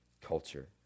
culture